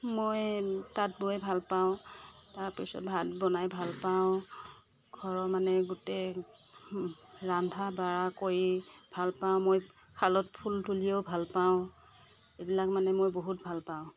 মই তাঁত বৈ ভাল পাওঁ তাৰ পিছত ভাত বনাই ভাল পাওঁ ঘৰৰ মানে গোটেই ৰান্ধা বাৰা কৰি ভাল পাওঁ মই শালত ফুল তুলিও ভাল পাওঁ এইকিলাক মানে মই বহুত ভাল পাওঁ